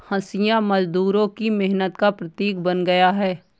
हँसिया मजदूरों की मेहनत का प्रतीक बन गया है